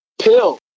Pill